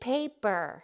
Paper